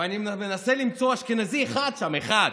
ואני מנסה למצוא אשכנזי אחד שם, אחד.